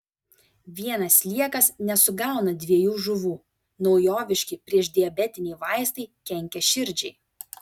vienas sliekas nesugauna dviejų žuvų naujoviški priešdiabetiniai vaistai kenkia širdžiai